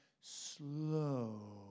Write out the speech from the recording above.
slow